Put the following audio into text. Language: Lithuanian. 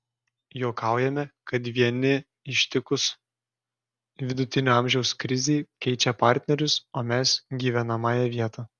juokaujame kad vieni ištikus vidutinio amžiaus krizei keičia partnerius o mes gyvenamąją vietą